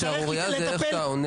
השערורייה זה איך שאתה עונה.